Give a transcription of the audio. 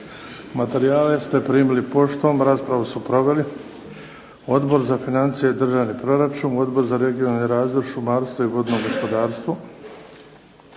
Materijale ste primili poštom. Raspravu su proveli Odbor za financije i državni proračun, Odbor za regionalni razvoj, šumarstvo i vodno gospodarstvo,